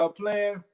playing